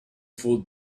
for